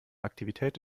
aktivität